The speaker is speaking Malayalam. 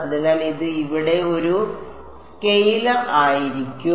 അതിനാൽ ഇത് ഇവിടെ ഒരു സ്കെയിലർ ആയിരിക്കും